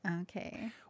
Okay